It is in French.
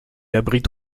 abrite